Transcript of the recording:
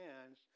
hands